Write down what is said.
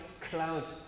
cloud